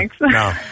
No